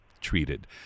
treated